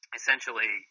essentially